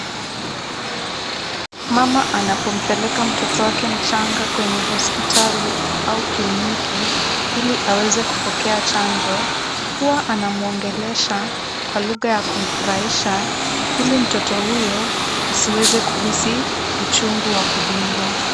Mama anapompeleka mtoto wake mchanga kwenyen hospitali au kliniki ili aweze kupokea chanjo, huwa anamwongelesha kwa lugha ya kumfurahisha ili mtoto huyo asiweze kuhisi uchungu wa kudungwa.